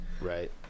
Right